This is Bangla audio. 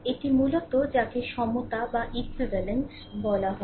সুতরাং এটি মূলত যাকে সমতা বলা হয়